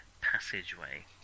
passageway